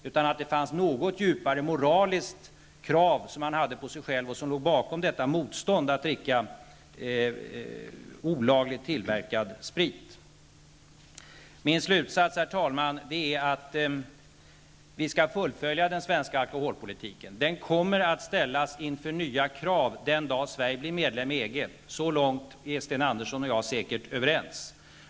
Det borde finnas ett något djupare moraliskt krav på sig själv bakom detta motstånd att dricka olagligt tillverkad sprit. Min slutsats, herr talman, är att vi skall fullfölja den svenska alkoholpolitiken. Den kommer att ställas inför nya krav den dag Sverige blir medlem i EG. Så långt är Sten Andersson och jag säkert överens.